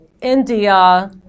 India